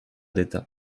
d’état